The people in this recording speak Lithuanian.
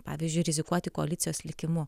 pavyzdžiui rizikuoti koalicijos likimu